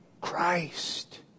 Christ